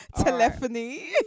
Telephony